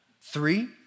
Three